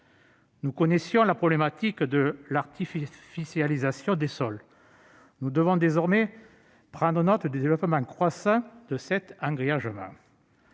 Nous connaissions la problématique de l'artificialisation des sols, nous devons désormais prendre note du développement croissant de cet engrillagement.